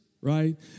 right